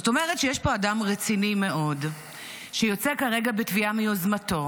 זאת אומרת שיש פה אדם רציני מאוד שיוצא כרגע בתביעה מיוזמתו